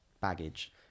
baggage